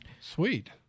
Sweet